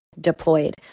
deployed